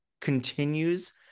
continues